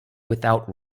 without